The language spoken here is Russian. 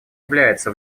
является